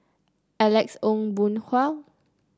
Alex Ong Boon Hau